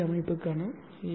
we அமைப்புக்கான ஏ